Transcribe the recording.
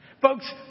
Folks